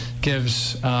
gives –